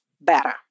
better